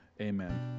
Amen